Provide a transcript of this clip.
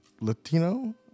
Latino